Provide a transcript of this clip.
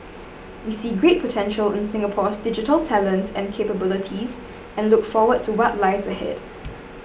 we see great potential in Singapore's digital talent and capabilities and look forward to what lies ahead